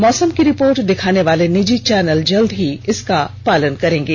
मौसम की रिपोर्ट दिखाने वाले निजी चैनल जल्द ही इसका पालन करेंगे